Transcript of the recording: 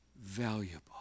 valuable